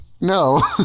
No